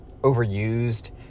overused